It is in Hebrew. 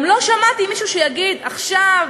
גם לא שמעתי מישהו שיגיד: עכשיו,